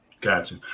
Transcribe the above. Gotcha